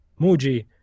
muji